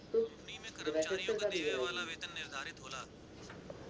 company में कर्मचारियन के देवे वाला वेतन निर्धारित होला